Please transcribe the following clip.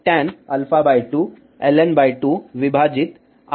तो tan α 2 Ln 2 विभाजित Rn होगा